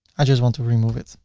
i just want to remove it.